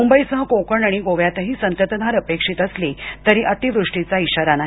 मुंबईसह कोकण आणि गोव्यातही संततधार अपेक्षित असली तरी अतिवृष्टीचा इशारा नाही